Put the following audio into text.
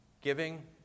giving